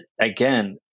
again